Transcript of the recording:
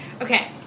okay